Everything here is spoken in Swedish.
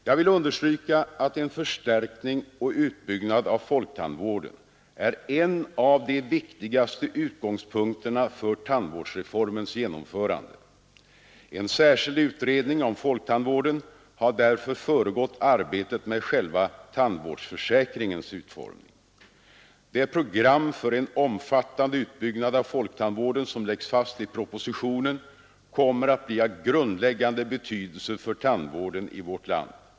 Jag vill understryka att en förstärkning och utbyggnad av folktandvården är en av de viktigaste utgångspunkterna för tandvårdsreformens genomförande. En särskild utredning om folktandvården har därför föregått arbetet med själva tandvårdsförsäkringens utformning. Det program för en omfattande utbyggnad av folktandvården som läggs fast i propositionen kommer att bli av grundläggande betydelse för tandvården i vårt land.